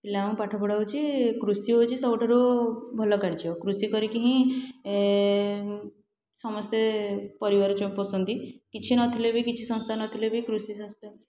ପିଲାଙ୍କୁ ପାଠପଢ଼ା ହେଉଛି କୃଷି ହେଉଛି ସବୁଠାରୁ ଭଲ କାର୍ଯ୍ୟ କୃଷି କରିକି ହିଁ ସମସ୍ତେ ପରିବାର ଛୁଆଙ୍କୁ ପୋଷନ୍ତି କିଛି ନଥିଲେ ବି କିଛି ସଂସ୍ଥା ନଥିଲେ ବି କୃଷି ସଂସ୍ଥା